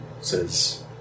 says